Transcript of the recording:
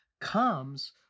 comes